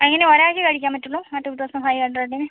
എങ്ങനെ ഒര് ആൾക്കെ കഴിക്കാൻ പറ്റുള്ളൂ ആ ടു തൗസൻഡ് ഫൈവ് ഹൻഡ്രഡിന്